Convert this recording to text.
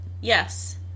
Yes